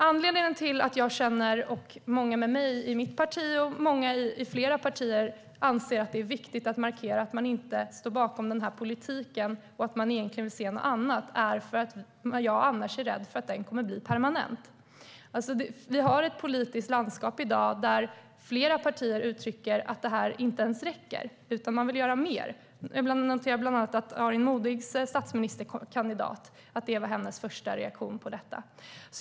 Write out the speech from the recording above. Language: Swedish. Anledningen till att jag och många med mig i mitt parti och i flera andra partier anser att det är viktigt att markera att man inte står bakom denna politik och att man egentligen vill se något annat är att jag är rädd för att politiken annars kommer att bli permanent. Vi har ett politiskt landskap i dag där flera partier uttrycker att detta inte ens räcker, utan att man vill göra mer. Jag noterar bland annat att det var Aron Modigs statsministerkandidats första reaktion på detta.